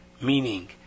meaning